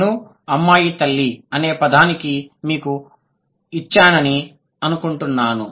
నేను అమ్మాయి తల్లి Girl's Mother అనే ఉదాహరణను మీకు ఇచ్చానని అనుకుంటున్నాను